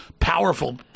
Powerful